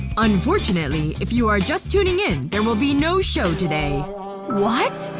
unfortunately, if you are just tuning in, there will be no show today what?